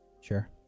Sure